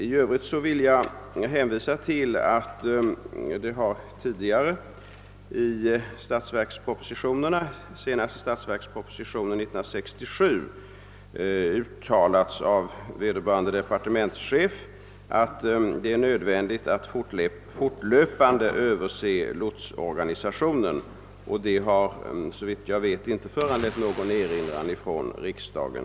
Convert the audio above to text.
I övrigt vill jag hänvisa till att det i tidigare statsverkspropositioner, senast i 1967 års statsverksproposition, gjorts uttalanden av vederbörande departementschef om att det är nödvändigt att fortlöpande överse lotsorganisationen, och dessa uttalanden har såvitt jag vet inte föranlett någon erinran från riksdagen.